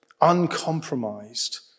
uncompromised